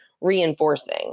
reinforcing